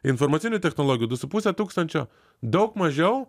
informacinių technologijų du su puse tūkstančio daug mažiau